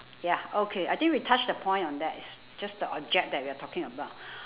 ya okay I think we touched a point on that it's just the object that we talking about